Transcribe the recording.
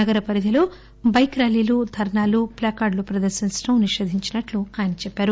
నగర పరిధిలో బైక్ ర్యాలీలు ధర్నాలు ప్ల కార్డులు ప్రదర్శించడం నిషేధించినట్టు ఆయన చెప్పారు